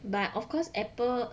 but of course apple